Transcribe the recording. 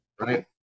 right